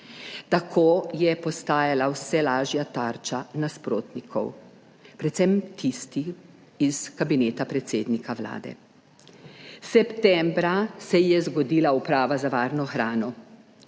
Tako je postajala vse lažja tarča nasprotnikov, predvsem tisti iz Kabineta predsednika Vlade. Septembra se je zgodila Uprava za varno hrano.